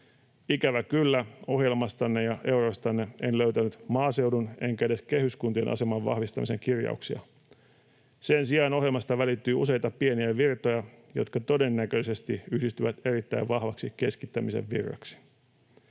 Ikävä kyllä ohjelmastanne ja euroistanne en löytänyt maaseudun enkä edes kehyskuntien aseman vahvistamisen kirjauksia. Sen sijaan ohjelmasta välittyy useita pieniä virtoja, jotka todennäköisesti yhdistyvät erittäin vahvaksi keskittämisen virraksi.